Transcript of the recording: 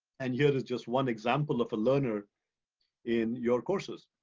and yours is just one example of a learner in your courses.